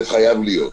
זה חייב להיות.